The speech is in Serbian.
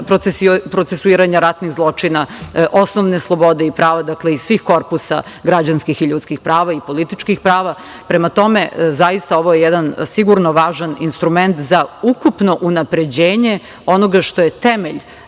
procesuiranje ratnih zločina, osnovne slobode i prava iz svih korpusa građanskih i ljudskih prava i političkih prava. Prema tome, zaista ovo je jedan sigurno važan instrument za ukupno unapređenje onoga što je temelj